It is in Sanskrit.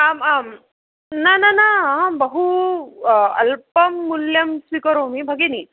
आम् आं न न न अहं बहु अल्पं मूल्यं स्वीकरोमि भगिनी